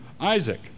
Isaac